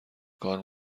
کار